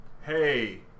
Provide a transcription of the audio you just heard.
hey